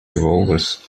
revolvers